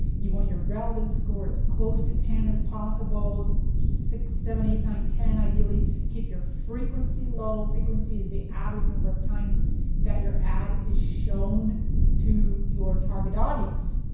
you want your relevant score as close to ten as possible. six seven eight nine ten ideally. keep your frequency low, frequency is the average number of times that your ad is shown to your target audience.